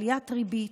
עליית ריבית,